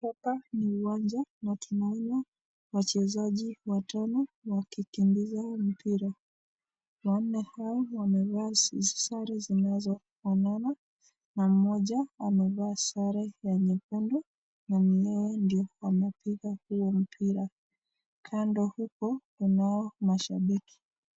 Hapa ni uwanja na tunaona wachezaji watano wakikimbizana na mpira, wanne hao wamevaa sare zinazofanana na mmoja amevaa sare ya nyekundu, na yeye ndio anapiga hiyo mpira. Kando huko kunao mashabiki.